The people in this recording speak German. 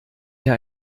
mir